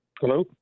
hello